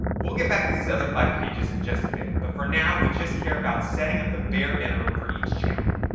we'll get back to these other five pages in just a bit, but for now we just care about setting up the bare minimum on each channel.